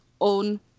own